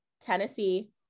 Tennessee